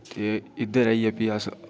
ते इद्धर आइयै फ्ही अस